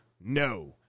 No